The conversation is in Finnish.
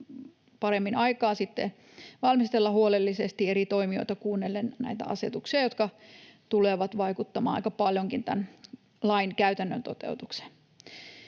paremmin aikaa valmistella huolellisesti, eri toimijoita kuunnellen näitä asetuksia, jotka tulevat vaikuttamaan aika paljonkin tämän lain käytännön toteutukseen.